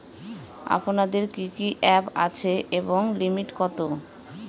আপনাদের কি কি অ্যাপ আছে এবং লিমিট কত?